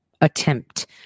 attempt